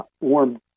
warm